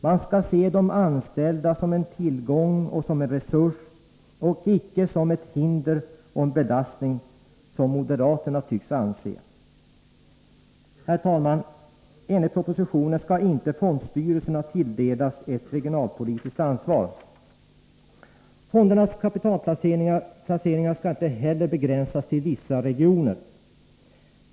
Man skall se de anställda som en tillgång och som en resurs och icke som ett hinder och en belastning, som moderaterna tycks göra. Herr talman! Enligt propositionen skall inte fondstyrelserna tilldelas ett regionalpolitiskt ansvar. Fondernas kapitalplaceringar skall inte heller begränsas till vissa regioner.